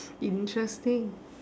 interesting